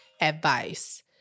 Advice